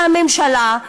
שהממשלה,